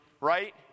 right